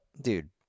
dude